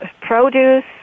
produce